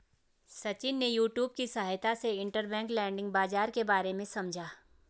सचिन ने यूट्यूब की सहायता से इंटरबैंक लैंडिंग बाजार के बारे में समझा